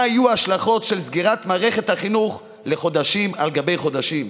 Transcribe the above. מה יהיו ההשלכות של סגירת מערכת החינוך לחודשים על גבי חודשים.